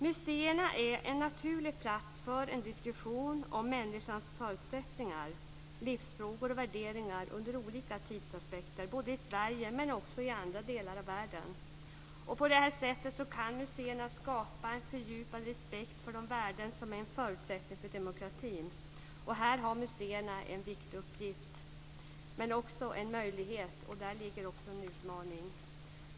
Museerna är en naturlig plats för en diskussion om människans förutsättningar, livsfrågor och värderingar under olika tidsepoker, både i Sverige och i andra delar av världen. På detta sätt kan museerna skapa en fördjupad respekt för de värden som är en förutsättning för demokratin. Och här har museerna en viktig uppgift men också en möjlighet, och där ligger också en utmaning.